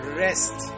rest